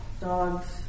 dog's